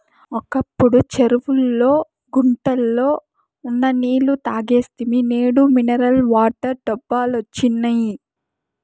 ఒకప్పుడు చెరువుల్లో గుంటల్లో ఉన్న నీళ్ళు తాగేస్తిమి నేడు మినరల్ వాటర్ డబ్బాలొచ్చినియ్